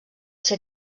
ser